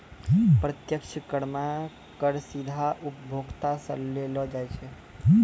प्रत्यक्ष कर मे कर सीधा उपभोक्ता सं लेलो जाय छै